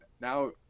Now